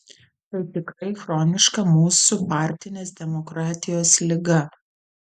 tai tikrai chroniška mūsų partinės demokratijos liga